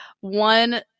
one